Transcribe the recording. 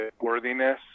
worthiness